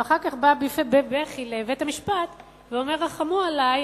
ואחר כך בא בבכי לבית-המשפט ואומר: רחמו עלי,